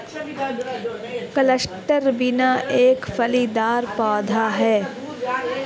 cluster bean एक फलीदार पौधा है